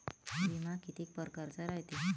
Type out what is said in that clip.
बिमा कितीक परकारचा रायते?